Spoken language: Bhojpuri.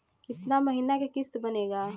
कितना महीना के किस्त बनेगा?